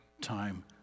time